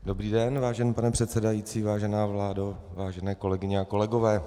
Dobrý den, vážený pane předsedající, vážená vládo, vážené kolegyně a kolegové.